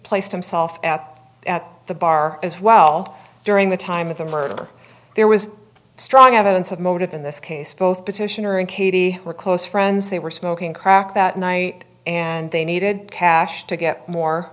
placed himself at the bar as well during the time of the murder there was strong evidence of motive in this case both petitioner and katie were close friends they were smoking crack that night and they needed cash to get more